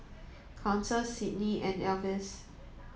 Council Sydni and Alvis